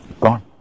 gone